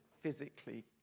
physically